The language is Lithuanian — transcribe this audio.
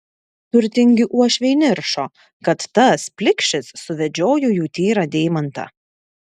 turtingi uošviai niršo kad tas plikšis suvedžiojo jų tyrą deimantą